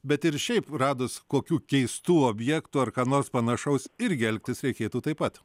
bet ir šiaip radus kokių keistų objektų ar ką nors panašaus irgi elgtis reikėtų taip pat